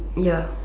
ya